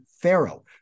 pharaoh